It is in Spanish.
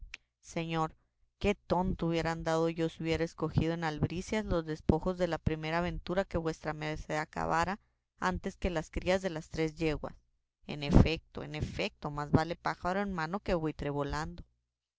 señor señor qué tonto hubiera andado yo si hubiera escogido en albricias los despojos de la primera aventura que vuestra merced acabara antes que las crías de las tres yeguas en efecto en efecto más vale pájaro en mano que buitre volando